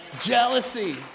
jealousy